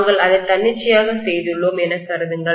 நாங்கள் அதை தன்னிச்சையாக செய்துள்ளோம் என கருதுங்கள்